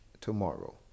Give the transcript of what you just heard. tomorrow